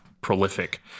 prolific